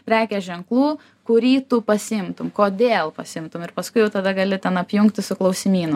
prekės ženklų kurį tu pasiimtum kodėl pasiimtum ir paskui jau tada gali ten apjungti su klausimynu